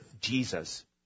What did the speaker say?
Jesus